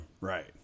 Right